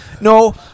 No